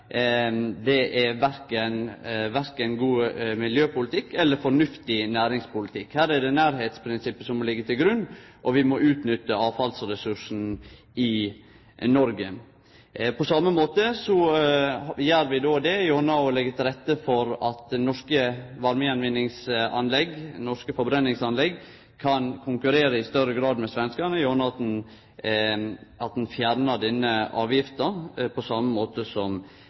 er korkje god miljøpolitikk eller fornuftig næringspolitikk. Her er det nærleiksprinsippet som ligg til grunn, og vi må utnytte avfallsressursen i Noreg. På same måte gjer vi det gjennom å leggje til rette for at norske varmegjenvinningsanlegg, norske forbrenningsanlegg, i større grad kan konkurrere med dei svenske, gjennom at ein fjernar denne avgifta, på same måte som